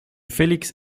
felix